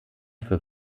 für